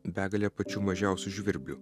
begalė pačių mažiausių žvirblių